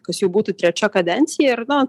kas jau būtų trečia kadencija ir na